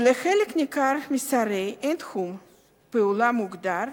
שלחלק ניכר משריה אין תחום פעולה מוגדר,